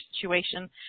situation